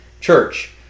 church